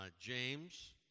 James